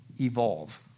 evolve